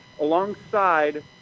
Alongside